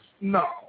No